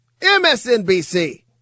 MSNBC